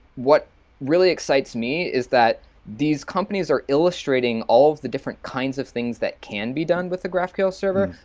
what really excites me is that these companies are illustrating all of the different kinds of things that can be done with the graphql server.